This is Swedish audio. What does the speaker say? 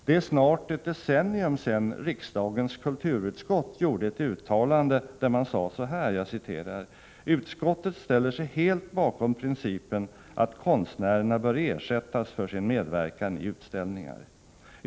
Det är snart ett decennium sedan riksdagens kulturutskott gjorde ett uttalande där man sade: ”Utskottet ställer sig helt bakom principen att konstnärerna bör ersättas för sin medverkan i utställningar.